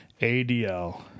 ADL